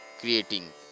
creating